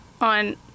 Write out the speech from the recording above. on